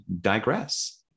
digress